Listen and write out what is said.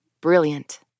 brilliant